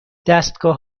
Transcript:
دستگاه